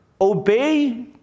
obey